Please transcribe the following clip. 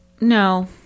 no